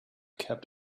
kept